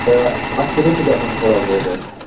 تہٕ اَتھ چھِ رِسِک آسان تھوڑا بہُت حظ